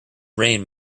rain